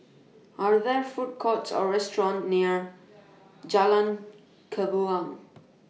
Are There Food Courts Or restaurants near Jalan